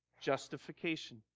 Justification